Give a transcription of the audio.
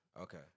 Okay